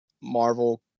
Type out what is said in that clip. Marvel